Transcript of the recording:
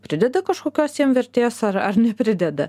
prideda kažkokios jiem vertės ar ar neprideda